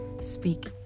Speak